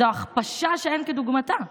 זו הכפשה שאין כדוגמתה.